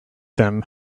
them